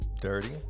Dirty